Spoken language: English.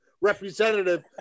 representative